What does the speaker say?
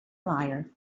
liar